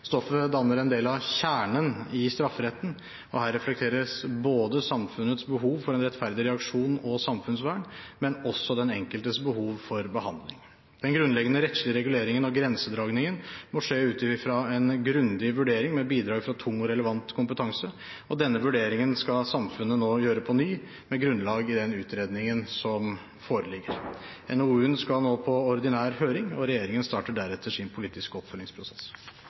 Stoffet danner en del av kjernen i strafferetten, og her reflekteres samfunnets behov for en rettferdig reaksjon og samfunnsvern, men også den enkeltes behov for behandling. Den grunnleggende rettslige reguleringen av grensedragningen må skje ut fra en grundig vurdering med bidrag fra tung og relevant kompetanse, og denne vurderingen skal samfunnet nå gjøre på ny med grunnlag i den utredningen som foreligger. NOU-en skal nå på ordinær høring, og regjeringen starter deretter sin politiske oppfølgingsprosess.